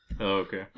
Okay